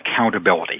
accountability